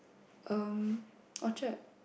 um Orchard